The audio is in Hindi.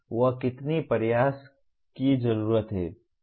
वह कितनी प्रयास की जरूरत है